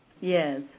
Yes